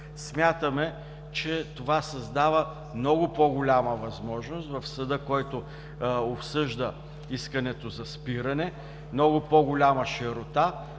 Смятаме, че това създава много по-голяма възможност в съда, който обсъжда искането за спиране, много по-голяма широта